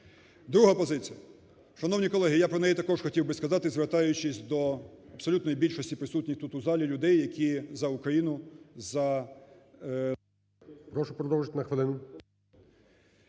Друга позиція. Шановні колеги, я про неї також хотів би сказати, звертаючись до абсолютної більшості присутніх тут у залі людей, які за Україну, за…